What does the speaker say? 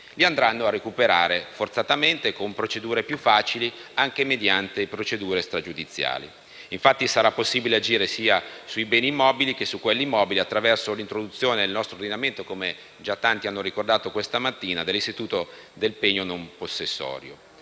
li andranno a recuperare, forzatamente e con procedure più facili, anche mediante procedure stragiudiziali. Sarà infatti possibile agire sia sui beni immobili che su quelli mobili, attraverso l'introduzione nel nostro ordinamento, come tanti hanno ricordato questa mattina, dell'istituto del pegno non possessorio.